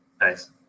Nice